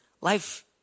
life